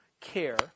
care